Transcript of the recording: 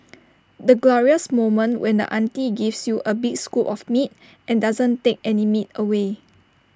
the glorious moment when the auntie gives you A big scoop of meat and doesn't take any meat away